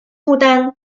不丹